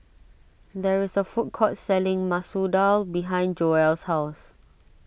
there is a food court selling Masoor Dal behind Joelle's house